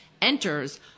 enters